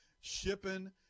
shipping